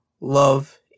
love